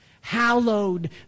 Hallowed